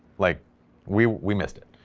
like we we missed it,